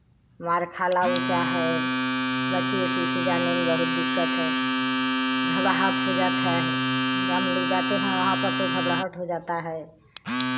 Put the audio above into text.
मार खाला ऊँचा है बसी ओसी से जाने में बहुत दिक्कत है घबड़ाहट हो जाता है जा हम लोग जाते हैं वहाँ पर तो घबड़ाहट हो जाता है